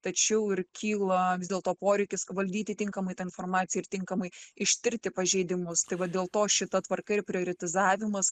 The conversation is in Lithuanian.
tačiau ir kyla vis dėlto poreikis valdyti tinkamai tą informaciją ir tinkamai ištirti pažeidimus tai vat dėl to šita tvarka ir prioretizavimas